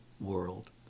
world